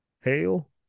hail